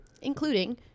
including